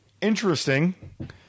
Interesting